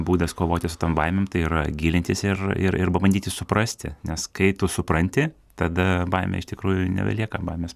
būdas kovoti su tom baimėm tai yra gilintis ir ir ir pabandyti suprasti nes kai tu supranti tada baimė iš tikrųjų nebelieka baimės